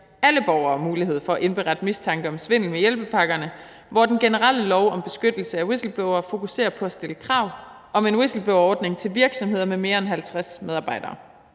alle borgere mulighed for at indberette mistanke om svindel med hjælpepakkerne, hvor den generelle lov om beskyttelse af whistleblowere fokuserer på at stille krav om en whistleblowerordning til virksomheder med mere end 50 medarbejdere.